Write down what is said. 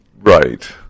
Right